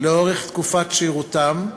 לאורך תקופת שירותם,